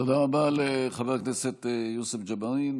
תודה רבה לחבר הכנסת יוסף ג'בארין,